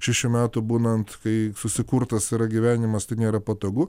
šešių metų būnant kai susikurtas yra gyvenimas tai nėra patogu